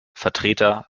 vertreter